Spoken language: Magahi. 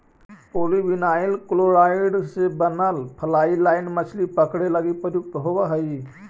पॉलीविनाइल क्लोराइड़ से बनल फ्लाई लाइन मछली पकडे लगी प्रयुक्त होवऽ हई